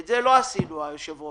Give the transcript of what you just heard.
את זה לא עשינו, היושב-ראש.